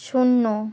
শূন্য